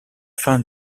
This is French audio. fin